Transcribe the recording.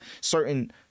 certain